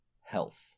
health